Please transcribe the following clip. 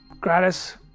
Gratis